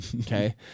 okay